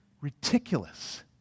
ridiculous